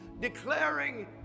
declaring